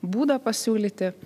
būdą pasiūlyti